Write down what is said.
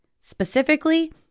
specifically